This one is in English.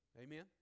Amen